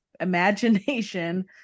imagination